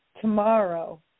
tomorrow